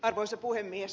arvoisa puhemies